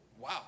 wow